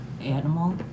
animal